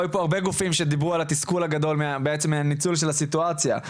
היו פה הרבה גופים שדיברו על התסכול הגדול בעצם מהניצול של הסיטואציה,